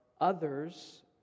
others